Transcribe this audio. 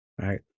right